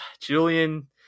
Julian